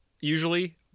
usually